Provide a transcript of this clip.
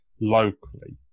locally